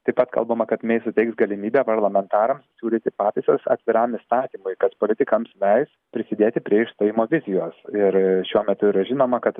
taip pat pakalbama kad mei suteiks galimybę parlamentaram siūlyti pataisas atviram įstatymui kas politikams leis prisidėti prie išstojimo vizijos ir šiuo metu yra žinoma kad